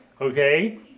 okay